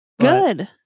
Good